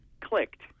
clicked